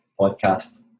podcast